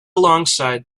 alongside